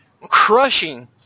crushing